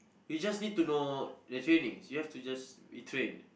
you just need to know the trainings you have to just retrain